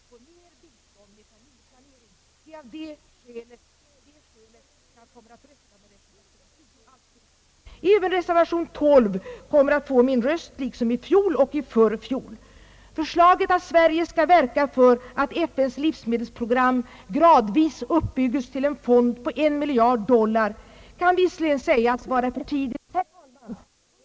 Det är av det skälet som jag alltså kommer att rösta med reservation 10. Även reservation 12 kommer att få min röst, liksom var fallet i samma fråga i fjol och i förfjol. Förslaget att Sverige skall verka för att FN:s livsmedelsprogram gradvis uppbygges till en fond på en miljard dollar kan visserligen sägas vara för tidigt väckt och verklighetsfrämmande — detta har sagts i flera år nu.